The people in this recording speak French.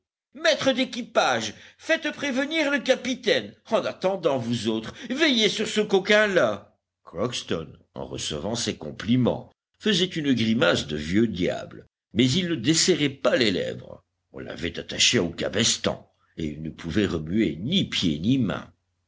maître d'équipage faites prévenir le capitaine en attendant vous autres veillez sur ce coquin-là crockston en recevant ces compliments faisait une grimace de vieux diable mais il ne desserrait pas les lèvres on l'avait attaché au cabestan et il ne pouvait remuer ni pieds ni